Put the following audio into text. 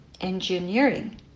engineering